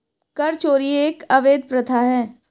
कर चोरी एक अवैध प्रथा है